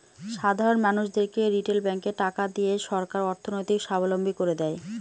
সাধারন মানুষদেরকে রিটেল ব্যাঙ্কে টাকা দিয়ে সরকার অর্থনৈতিক সাবলম্বী করে দেয়